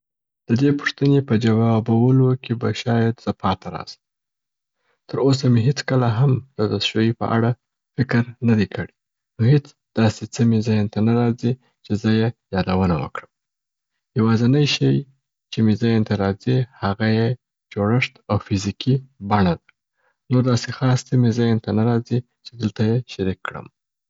د دې پوښتني په جوابولو کي به شاید زه پاته راسم. تر اوسه مي هیڅکله هم د دستشوي په اړه فکر نه دی کړی نو هیڅ داسي څه مي ذهن ته نه راځي چې زه یې یادونه وکړم. یوازني شي چې مي ذهن ته راځي هغه یې جوړښت او فزیکي بڼه ده. نور داسي خاص څه مي ذهن ته نه راځي چې دلته یې شریک کړم.